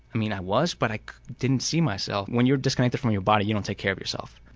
i mean i was but i didn't see myself. when your disconnected from your body you don't take care of yourself.